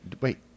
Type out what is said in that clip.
Wait